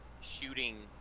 shooting